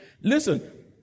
Listen